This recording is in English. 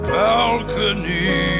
balcony